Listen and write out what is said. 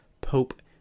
Pope